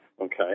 okay